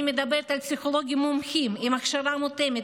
אני מדברת על פסיכולוגים מומחים עם הכשרה מותאמת,